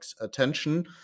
attention